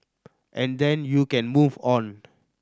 and then you can move on